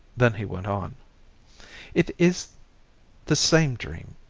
then he went on it is the same dream,